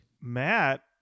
matt